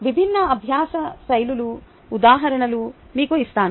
విభిన్న అభ్యాస శైలుల ఉదాహరణలు మీకు ఇస్తాను